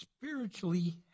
spiritually